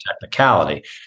technicality